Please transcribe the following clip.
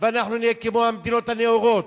ואנחנו נהיה כמו המדינות הנאורות,